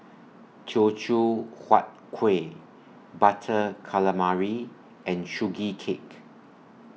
Teochew Huat Kueh Butter Calamari and Sugee Cake